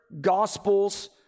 gospels